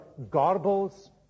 garbles